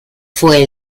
fue